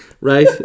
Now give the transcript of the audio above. Right